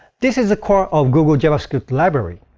this is the core of google javascript library.